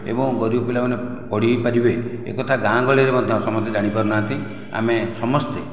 ଏବଂ ଗରିବ ପିଲାମାନେ ପଢ଼ି ବି ପାରିବେ ଏକଥା ଗାଁ ଗହଳିରେ ମଧ୍ୟ ସମସ୍ତେ ଜାଣିପାରୁନାହାଁନ୍ତି ଆମେ ସମସ୍ତେ